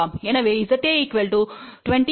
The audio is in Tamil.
எனவே ZA 20 j 30 Ω மற்றும் Z0 50 Ω